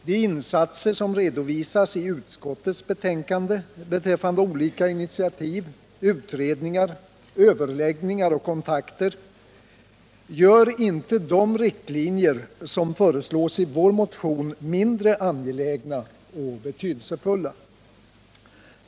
De insatser som redovisas i utskottets betänkande beträffande olika initiativ, utredningar, överläggningar och kontakter gör inte de riktlinjer som föreslås i vår motion mindre angelägna och betydelsefulla.